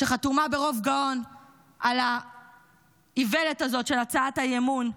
שחתומה ברוב גאון על האיוולת הזאת של הצעת האי-אמון,